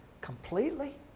Completely